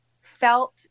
felt